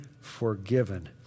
forgiven